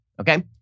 okay